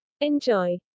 enjoy